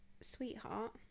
Sweetheart